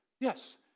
Yes